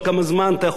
כמו שאומרים החבר'ה.